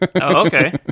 okay